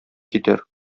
китәр